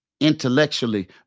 intellectually